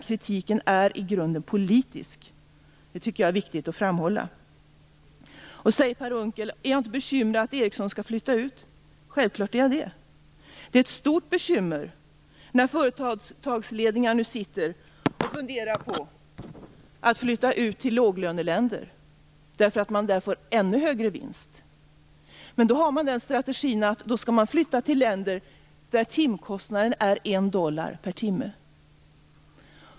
Kritiken är i grunden politisk. Det tycker jag är viktigt att framhålla. Per Unckel frågar om jag inte är bekymrad över att Ericsson skall flytta ut. Självfallet är jag det. Det är ett stort bekymmer när företagsledningar funderar på att flytta ut till låglöneländer därför att man får ännu högre vinst där. Då har man den strategin, att man skall flytta till länder där timkostnaden är en dollar.